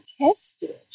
tested